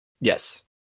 Yes